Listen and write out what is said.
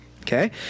okay